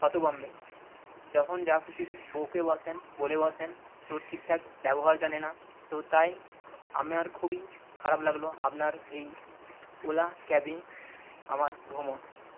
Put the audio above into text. হতভম্ব যখন যা খুশি বকে বসেন বলে বসেন তো ঠিকঠাক ব্যবহার জানে না তো তাই আমার খুবই খারাপ লাগল আপনার এই ওলা ক্যাবে আমার ভ্রমণ